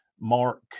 Mark